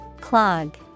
clog